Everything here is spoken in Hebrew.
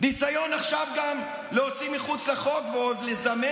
ניסיון עכשיו להוציא מחוץ לחוק ועוד לזמן